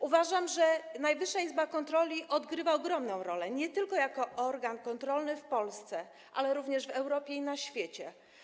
Uważam, że Najwyższa Izba Kontroli odgrywa ogromną rolę nie tylko jako organ kontrolny w Polsce, ale również w Europie i na świecie.